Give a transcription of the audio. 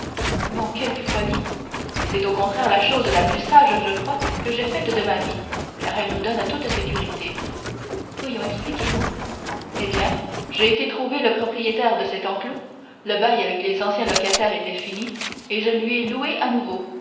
quelle folie c'est au contraire la chose la plus sage je crois que j'aie faite de ma vie car elle nous donne toute sécurité voyons expliquez-vous eh bien j'ai été trouver le propriétaire de cet enclos le bail avec les anciens locataires était fini et je le lui ai loué à nouveau